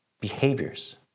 behaviors